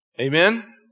Amen